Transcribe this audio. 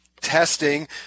testing